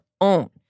own